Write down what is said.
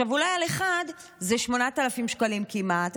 אולי על אחד זה 8,000 שקלים כמעט,